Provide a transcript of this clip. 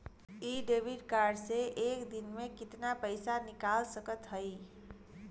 इ debit card से एक दिन मे कितना पैसा निकाल सकत हई?